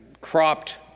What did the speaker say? cropped